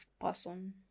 person